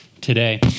today